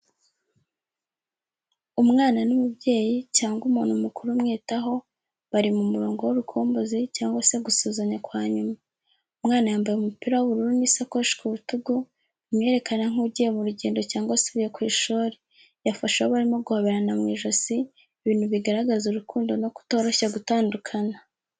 Umwana n’umubyeyi cyangwa umuntu mukuru umwitaho, bari mu murongo w'urukumbuzi, cyangwa se gusuhuzanya kwa nyuma. Umwana yambaye umupira w’ubururu n’isakoshi ku bitugu, bimwerekana nk’ugiye mu rugendo cyangwa asubiye ku ishuri. Yafashe uwo barimo guhoberana mu ijosi, ibintu bigaragaza urukundo no kutoroshya gutandukana.